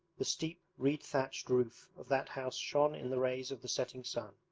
the steep reed-thatched roof of that house shone in the rays of the setting sun.